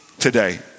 today